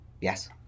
Yes